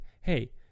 Hey